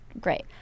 great